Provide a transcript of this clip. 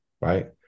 right